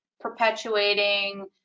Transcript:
perpetuating